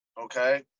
okay